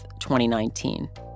2019